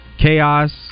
Chaos